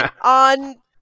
on